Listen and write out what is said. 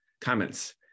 comments